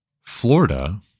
Florida